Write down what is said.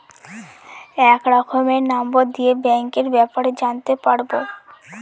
এক রকমের নম্বর দিয়ে ব্যাঙ্কের ব্যাপারে জানতে পারবো